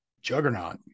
Juggernaut